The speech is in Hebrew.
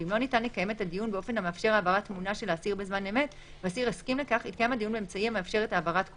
לבקשת האסיר --- דיון חוזר.